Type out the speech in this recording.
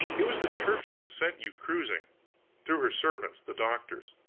it was the church that sent you cruising through her servants, the doctors.